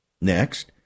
Next